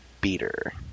Beater